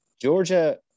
Georgia